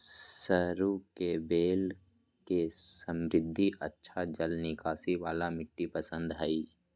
सरू के बेल के समृद्ध, अच्छा जल निकासी वाला मिट्टी पसंद हइ